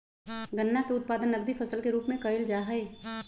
गन्ना के उत्पादन नकदी फसल के रूप में कइल जाहई